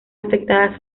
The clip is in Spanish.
afectadas